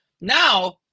now